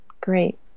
great